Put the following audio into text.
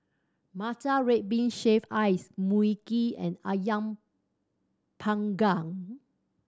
matcha red bean shaved ice Mui Kee and Ayam Panggang